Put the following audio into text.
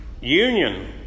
union